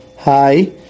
Hi